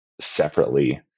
separately